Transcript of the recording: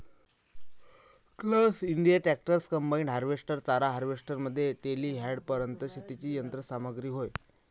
class India tractors, combine harvester, चारा harvester मध्ये टेलीहँडलरपर्यंत शेतीची यंत्र सामग्री होय